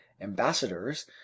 ambassadors